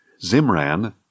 Zimran